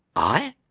i?